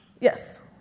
Yes